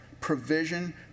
provision